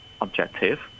objective